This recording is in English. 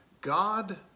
god